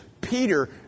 Peter